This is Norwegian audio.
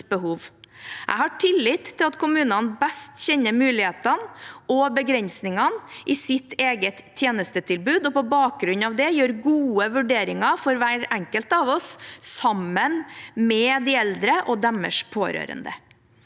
Jeg har tillit til at kommunene best kjenner mulighetene og begrensningene i sitt eget tjenestetilbud og på bakgrunn av det gjør gode vurderinger for hver enkelt av oss sammen med de eldre og deres pårørende.